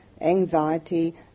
anxiety